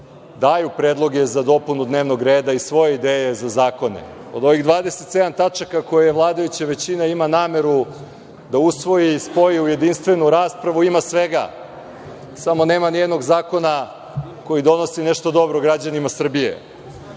daju predloge za dopunu dnevnog reda i svoje ideje za zakone. Od ovih 27 tačaka koje vladajuća većina ima nameru da usvoji i spoji u jedinstvenu raspravu, ima svega samo nema ni jednog zakona koji donosi nešto dobro građanima Srbije.